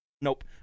Nope